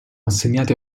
assegnati